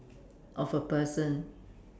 of a person